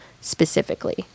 specifically